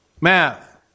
Math